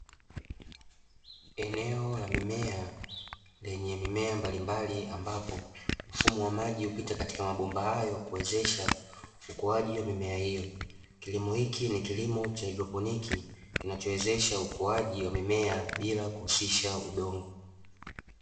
Eneo la mimea lenye mimea mbalimbali ambapo mfumo wa umwagiliaji hupita katika mabomba hayo kuwezesha ukuaji wa mimea hiyo, kilimo hiki ni kilimo cha haidroponiki kinachowezesha ukuaji wa mimea bila kuhusisha udongo.